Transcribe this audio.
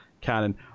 cannon